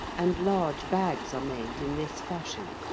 and large bags are made in this fashion.